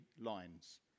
lines